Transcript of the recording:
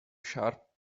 sharp